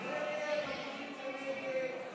בעד, 51, נגד,